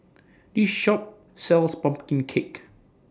This Shop sells Pumpkin Cake